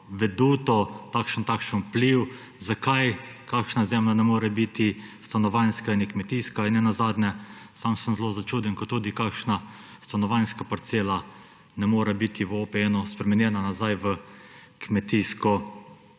veduto, takšen in takšen vpliv, zakaj kakšna zemlja ne more biti stanovanjska in ne kmetijska in nenazadnje sem sem zelo začuden, ko tudi kakšna stanovanjska parcela ne more biti v OPN spremenjena nazaj v kmetijsko